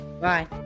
Bye